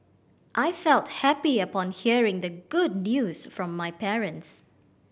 I felt happy upon hearing the good news from my parents